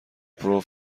پرو